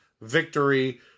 victory